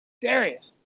Darius